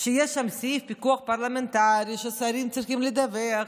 שיש שם סעיף פיקוח פרלמנטרי, ששרים צריכים לדווח,